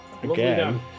again